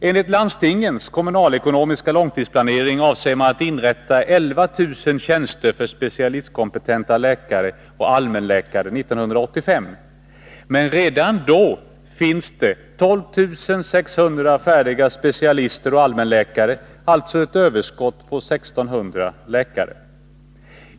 Enligt landstingens kommunalekonomiska långtidsplanering avser man att inrätta 11 000 tjänster för specialistkompetenta läkare och allmänläkare 1985. Men redan då finns det 12 600 färdiga specialister och allmänläkare, alltså ett överskott på 1 600 läkare.